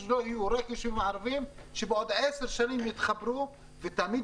יהיו רק לישובים הערבים ושבעוד 10 שנים יתחברו תמיד